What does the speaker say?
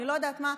אני לא יודעת מה,